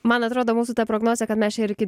man atrodo mūsų ta prognozė kad mes čia ir iki